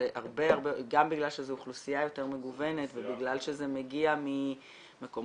גם בגלל שזו אוכלוסייה יותר מגוונת ובגלל שזה מגיע ממקומות